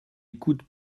écoute